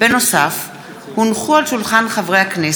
נוסף על כך, הונחו על שולחן הכנסת,